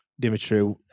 Dimitri